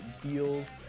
Deals